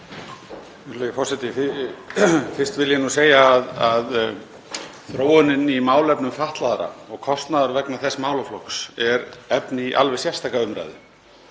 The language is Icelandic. Virðulegur forseti. Fyrst vil ég nú segja að þróunin í málefnum fatlaðra og kostnaður vegna þess málaflokks er efni í alveg sérstaka umræðu.